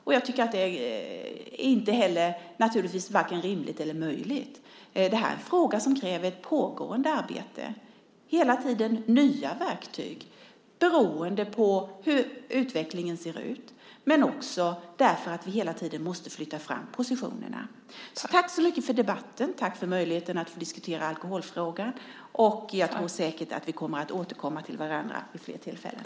Och jag tycker inte heller att det är vare sig rimligt eller möjligt. Detta är en fråga som kräver ett pågående arbete och hela tiden nya verktyg beroende på hur utvecklingen ser ut men också därför att vi hela tiden måste flytta fram positionerna. Tack så mycket för debatten, och tack för att jag har fått möjlighet att diskutera alkoholfrågan. Jag tror säkert att vi kommer att återkomma till varandra vid flera tillfällen.